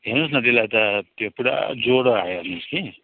हेर्नुहोस् न त्यसलाई त त्यो पुरा ज्वरो आयो हेर्नुहोस् कि